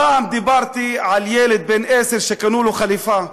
פעם דיברתי על ילד בן עשר שקנו לו חליפה,